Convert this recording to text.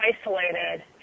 isolated